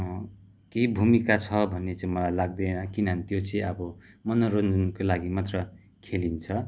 केही भूमिका छ भन्ने चाहिँ मलाई लाग्दैन किनभने त्यो चाहिँ अब मनोरञ्जनको लागि मात्र खेलिन्छ